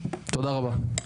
תודה רבה.